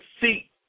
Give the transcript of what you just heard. see